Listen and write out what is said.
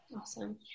Awesome